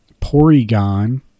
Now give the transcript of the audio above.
Porygon